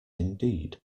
indeed